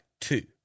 two